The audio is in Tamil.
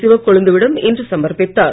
சிவக்கொழுந்துவிடம் இன்று சமர்பித்தார்